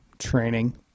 training